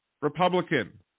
Republican